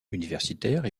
universitaire